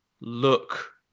look